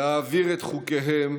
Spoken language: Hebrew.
להעביר את חוקיהם